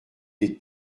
des